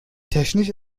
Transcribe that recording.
technisch